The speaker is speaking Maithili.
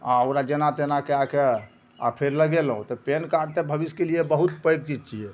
आओर ओकरा जेना तेना कए कऽ आओर फेर लेगेलहु तऽ पेनकार्ड तऽ भविष्यके लिये बहुत पैघ चीज छियै